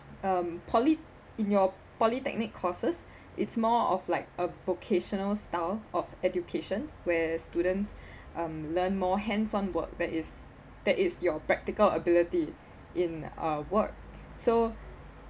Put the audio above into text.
um poly in your polytechnic courses it's more of like a vocational style of education where students um learn more hands-on work that is that it's your practical ability in a work so